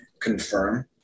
confirm